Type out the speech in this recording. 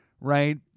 right